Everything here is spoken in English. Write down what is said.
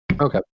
Okay